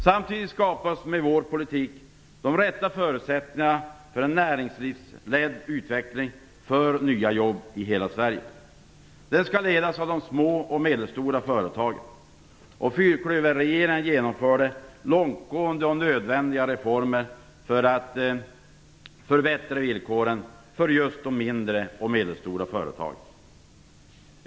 Samtidigt skapas, med vår politik, de rätta förutsättningarna för en näringslivsledd utveckling för nya jobb i hela Sverige. Den skall ledas av de små och medelstora företagen. Fyrklöverregeringen genomförde långtgående och nödvändiga reformer för att förbättra villkoren för just de mindre och medelstora företagen.